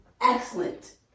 excellent